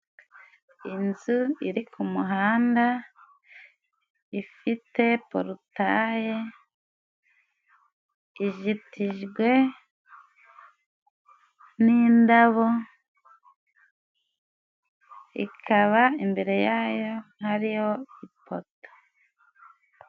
Inzu iri ku muhanda, ifite porutaye, izitijwe n'indabo, ikaba imbere yayo hariyo ipoto.